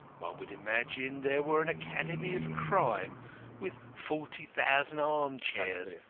one would imagine there were an academy of crime with forty thousand armchairs.